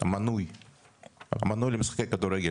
מנוי למשחקי כדורגל.